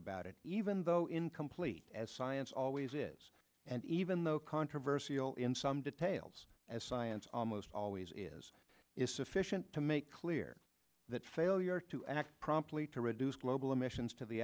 about it even though incomplete as science always is and even though controversy zero in some details as science almost always is is sufficient to make clear that failure to act promptly to reduce global emissions to the